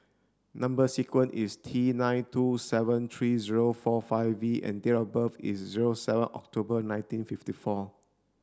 number sequence is T nine two seven three zero four five V and date of birth is zero seven October nineteen fifty four